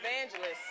Evangelist